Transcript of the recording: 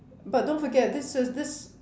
but don't forget this is this